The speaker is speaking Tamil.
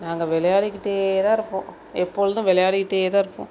நாங்கள் விளையாடிக்கிட்டே தான் இருப்போம் எப்பொழுதும் விளையாடிக்கிட்டே தான் இருப்போம்